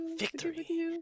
victory